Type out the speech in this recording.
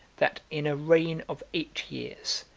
that, in a reign of eight years,